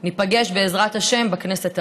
ניפגש, בעזרת השם, בכנסת הבאה.